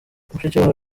mushikiwabo